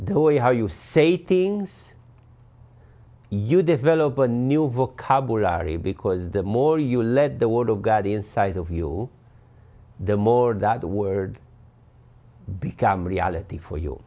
the way how you say things you develop a new vocabulary because the more you let the word of god inside of you the more that the word become reality for you